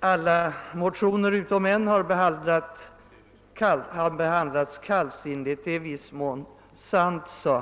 det i viss mån vore sant att alla motioner utom en hade behandlats kallsinnigt.